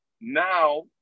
now